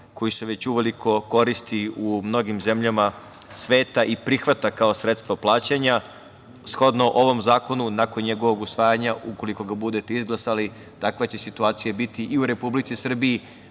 koji se već uveliko koristi u mnogim zemljama sveta i prihvata kao sredstvo plaćanja. Shodno ovom zakonu, nakon njegovog usvajanja, ukoliko ga budete izglasali, takva će situacija biti i u Republici Srbiji. Pažnju